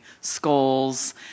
Skulls